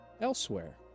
elsewhere